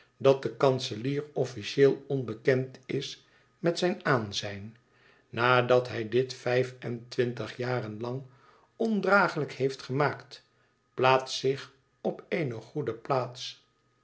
dat de kanselier officieel onbekend is met zijn aanzijn nadat hij dit vijf en twintig jaren lang ondraaglijk heeft gemaakt plaatst zich op eene goede plaats